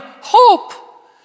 hope